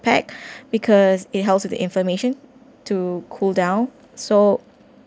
pack because it helps with the information to cool down so